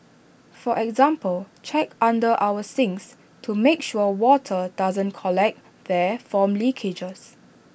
for example check under our sinks to make sure water doesn't collect there from leakages